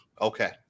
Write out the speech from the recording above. Okay